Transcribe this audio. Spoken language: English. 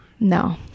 No